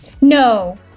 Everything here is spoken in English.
No